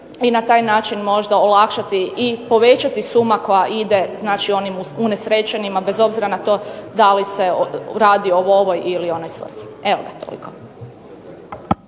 i na taj način možda olakšati i povećati suma koja ide onim unesrećenima, bez obzira na to da li se radi o ovoj ili onoj svrhi. Evo toliko.